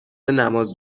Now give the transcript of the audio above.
نماز